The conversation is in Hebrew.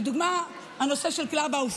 לדוגמה את נושא קלאבהאוס,